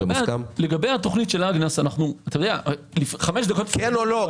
כן או לא?